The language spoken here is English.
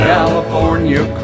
California